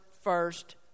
first